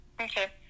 Okay